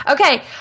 Okay